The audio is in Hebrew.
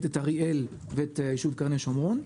את אריאל ואת היישוב קרני שומרון.